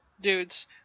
dudes